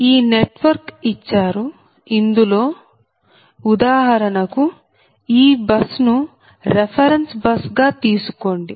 ఈ నెట్వర్క్ ఇచ్చారు ఇందులో ఉదాహరణకు ఈ బస్ ను రెఫెరెన్స్ బస్ గా తీసుకోండి